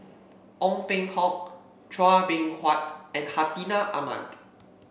Ong Peng Hock Chua Beng Huat and Hartinah Ahmad